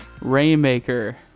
rainmaker